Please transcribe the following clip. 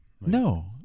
No